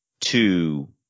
two